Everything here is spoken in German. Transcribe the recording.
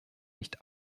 nicht